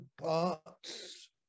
parts